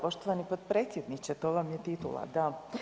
poštovani potpredsjedniče to vam je titula, da.